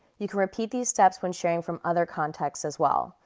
you can repeat these steps when sharing from other contexts as well.